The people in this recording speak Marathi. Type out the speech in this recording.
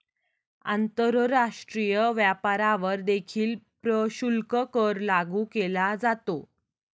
आंतरराष्ट्रीय व्यापारावर देखील प्रशुल्क कर लागू केला जातो